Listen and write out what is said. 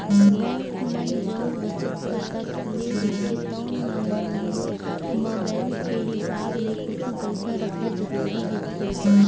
bank म जउन बचत खाता खुले रहिथे तउन म महिना म बेंक के हिसाब ले कुछ पइसा रखना जरूरी होथे